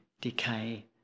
decay